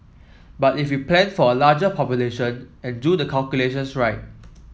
but if we plan for a larger population and do the calculations right